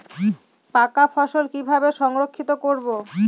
পাকা ফসল কিভাবে সংরক্ষিত করব?